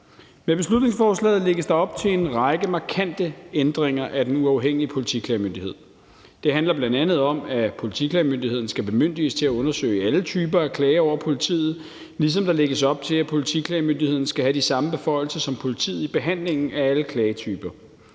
Med beslutningsforslaget lægges der op til en række markante ændringer af Den Uafhængige Politiklagemyndighed. Det handler bl.a. om, at Politiklagemyndigheden skal bemyndiges til at undersøge alle typer af klager over politiet, ligesom der lægges op til, at Politiklagemyndigheden skal have de samme beføjelser som politiet i behandlingen af alle klagetyper.